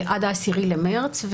עד ה-10 במרץ.